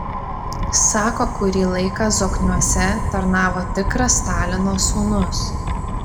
sako kurį laiką zokniuose tarnavo tikras stalino sūnus